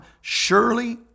surely